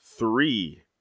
three